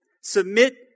Submit